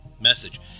message